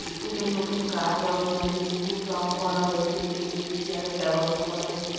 স্কুলে নতুন গাছ বসানো হয়েছে স্কুল রঙ করা হয়েছে টেবিল চেয়ারের ব্যবস্থা করা হয়েছে